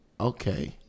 okay